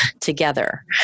together